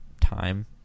time